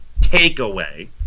takeaway